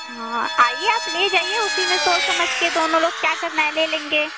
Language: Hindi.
हाँ आइए आप ले जाइए उसी में सोच समझकर दोनों लोग क्या करना है ले लेंगे